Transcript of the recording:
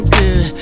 good